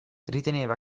riteneva